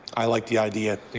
i like the idea.